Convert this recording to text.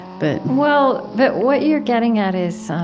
but, well, but what you're getting at is